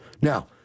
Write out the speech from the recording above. Now